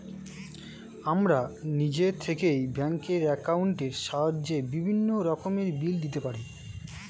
আমরা নিজে থেকেই ব্যাঙ্ক অ্যাকাউন্টের সাহায্যে বিভিন্ন রকমের বিল দিতে পারি